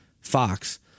Fox